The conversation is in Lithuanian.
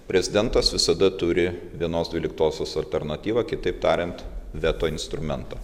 prezidentas visada turi vienos dvyliktosios alternatyvą kitaip tariant veto instrumentą